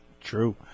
true